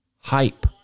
hype